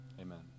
Amen